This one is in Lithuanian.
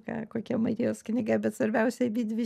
ką kokia marijos knyga bet svarbiausia abidvi